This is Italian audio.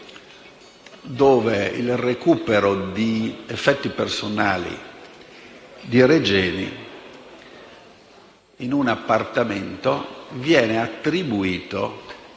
oggi: il recupero di effetti personali di Regeni in un appartamento attribuito